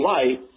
Life